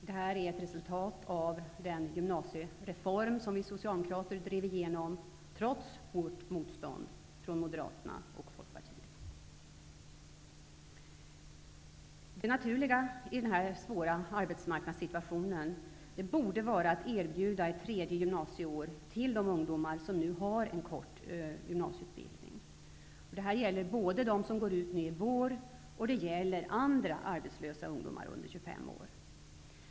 Det är ett resultat av den gymnasiereform som vi socialdemokrater drev igenom trots hårt motstånd från Moderaterna och Det naturliga i den här svåra arbetsmarknadssituationen borde vara att erbjuda de ungdomar som nu har en kort gymnasieutbildning ett tredje gymnasieår. Det gäller både dem som går ut i vår och andra arbetslösa ungdomar under 25 år.